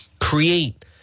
create